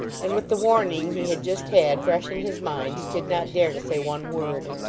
and with the warning he had just had, fresh in his mind, did not dare to say one word.